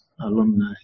alumni